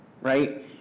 right